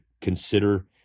consider